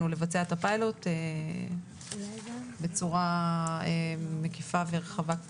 לבצע את הפיילוט בצורה מקיפה ורחבה כפי